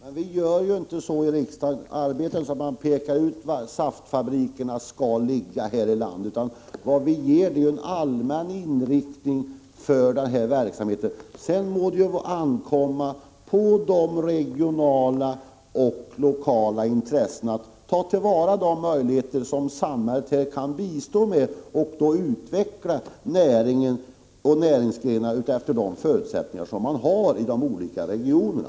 Herr talman! Vi arbetar inte så i riksdagen att vi pekar ut var saftfabrikerna skall ligga i landet, utan vi ger den allmänna inriktningen för verksamheten. Sedan får det ankomma på de regionala och lokala intressena att ta till vara de möjligheter som samhället kan bistå med och utveckla näringsgrenarna efter de förutsättningar som finns i de olika regionerna.